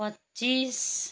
पच्चिस